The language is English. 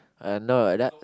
uh no that's